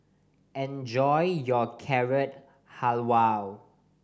enjoy your Carrot Halwa